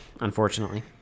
Unfortunately